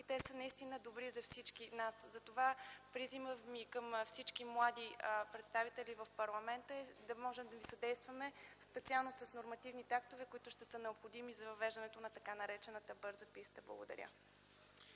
и те са наистина добри за всички нас. Затова призивът ми към всички млади представители в парламента е да можем да съдействаме, специално с нормативните актове, които ще са необходими за въвеждането на така наречената „бърза писта”. Благодаря.